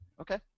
Okay